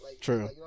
True